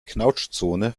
knautschzone